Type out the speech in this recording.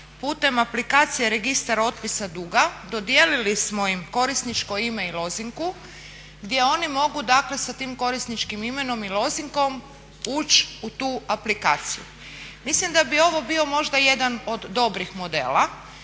putem aplikacije registar otpisa duga dodijelili smo im korisničko ime i lozinku gdje oni mogu dakle sa tim korisničkim imenom i lozinkom ući u tu aplikaciju. Mislim da bi ovo bio možda jedan od dobrih modela,